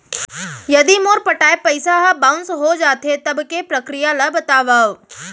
यदि मोर पटाय पइसा ह बाउंस हो जाथे, तब के प्रक्रिया ला बतावव